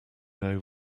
know